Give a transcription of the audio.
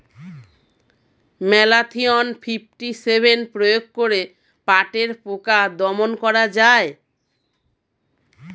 Malathion fifty seven প্রয়োগ করে পাটের পোকা দমন করা যায়?